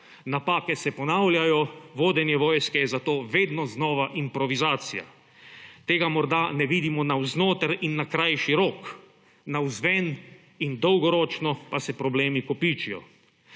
Napake se ponavljajo, vodenje vojske je zato vedno znova improvizacija. Tega morda ne vidimo navznoter in na krajši rok. Navzven in dolgoročno pa se problemi kopičijo.